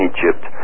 Egypt